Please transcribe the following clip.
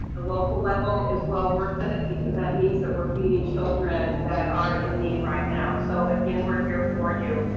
the local level, is well worth it because that means that we're feeding children that are in need right now. so again, we're here for you.